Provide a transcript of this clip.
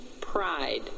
pride